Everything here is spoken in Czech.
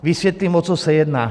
Vysvětlím, o co se jedná.